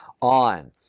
on